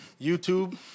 YouTube